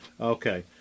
okay